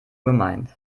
gemeint